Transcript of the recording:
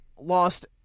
Lost